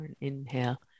Inhale